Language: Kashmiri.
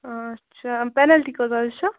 اچھا پینَلٹی کۭژا حظ چھِ